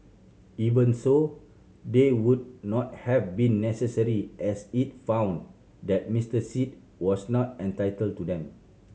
even so they would not have been necessary as it found that Mister Sit was not entitled to them